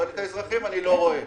אבל את האזרחים אני לא רואה.